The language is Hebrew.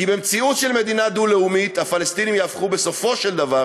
כי במציאות של מדינה דו-לאומית הפלסטינים יהפכו בסופו של דבר,